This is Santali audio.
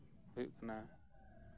ᱦᱩᱭᱩᱜ ᱠᱟᱱᱟ